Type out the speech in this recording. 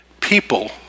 people